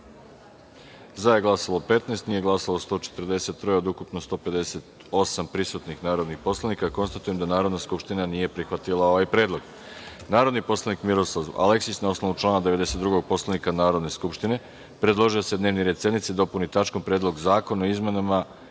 za je glasalo 17, nije glasalo 142 od ukupno prisutnih 159 narodnih poslanika. Konstatujem da Narodna skupština nije prihvatila ovaj predlog. Narodni poslanik Miroslav Aleksić na osnovu člana 92. Poslovnika Narodne skupštine predložio je da se dnevni red sednice dopuni tačkom Predlog zakona o dopunama